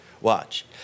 Watch